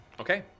Okay